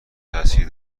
تاثیر